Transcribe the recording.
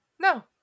No